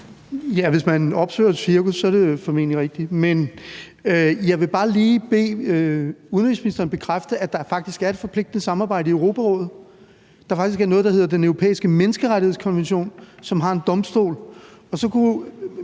Hvis man opsøger et cirkus, er det formentlig rigtigt. Men jeg vil bare lige bede udenrigsministeren bekræfte, at der faktisk er et forpligtende samarbejde i Europarådet, altså at der faktisk er noget, der hedder Den Europæiske Menneskerettighedskonvention, som har en domstol. Og så kunne